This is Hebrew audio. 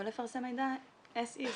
או לפרסם מידע as is.